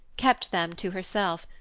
kept them to herself,